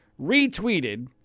retweeted